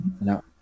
No